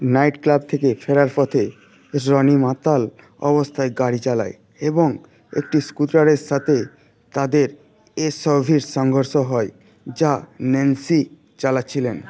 night club থেকে ফেরার পথে রনি মাতাল অবস্থায় গাড়ি চালায় এবং একটি স্কুটারের সাথে তাদের এস ইউ ভির সংঘর্ষ হয় যা ন্যান্সি চালাচ্ছিলেন